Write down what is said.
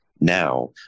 now